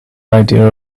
idea